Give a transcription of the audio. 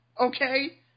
Okay